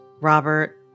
Robert